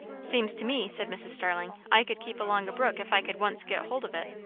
seems to me, said mrs. starling, i could keep along a brook if i could once get hold of it.